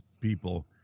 people